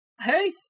hey